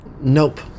Nope